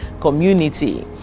community